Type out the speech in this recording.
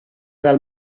del